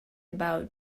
about